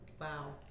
Wow